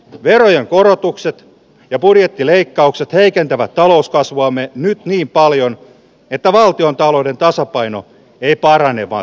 verojen korotukset ja budjettileikkaukset heikentävät talouskasvuamme nyt niin paljon että valtiontalouden tasapainoa ei parane vaan